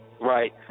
Right